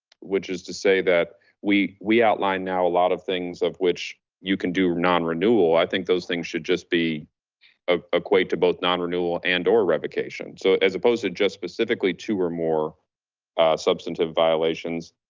which is to say that we we outlined now a lot of things of which you can do. non-renewal i think those things should just be ah equate to both non-renewal and or revocation. so as opposed to just specifically two or more substantive violations,